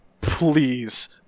Please